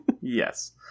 yes